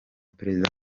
perezida